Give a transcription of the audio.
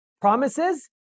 Promises